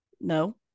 No